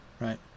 right